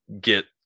get